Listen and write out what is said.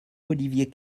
olivier